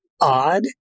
odd